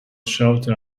shelter